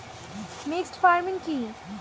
Mixed farming কি?